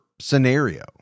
scenario